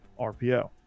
RPO